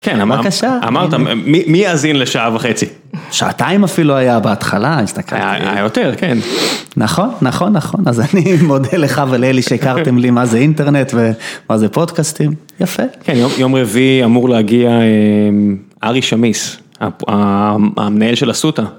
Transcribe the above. כן, אמרת, אמרת, מי יאזין לשעה וחצי, שעתיים אפילו היה בהתחלה, היה יותר, כן, נכון נכון נכון, אז אני מודה לך ולאלי שהכרתם לי מה זה אינטרנט ומה זה פודקאסטים, יפה, יום רביעי אמור להגיע ארי שמיס המנהל של אסותא.